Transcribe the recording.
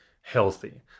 healthy